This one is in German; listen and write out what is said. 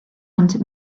und